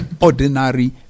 ordinary